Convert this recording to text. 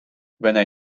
vene